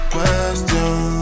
Question